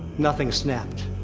nothing snapped.